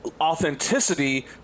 Authenticity